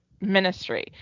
ministry